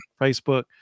Facebook